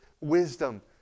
wisdom